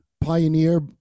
pioneer